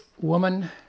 woman